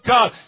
God